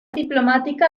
diplomática